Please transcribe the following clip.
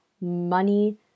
money